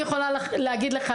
אני יכולה להגיד לך,